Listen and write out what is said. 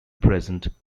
present